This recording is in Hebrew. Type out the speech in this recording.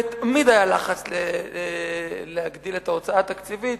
ותמיד היה לחץ להגדיל את ההוצאה התקציבית,